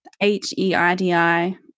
H-E-I-D-I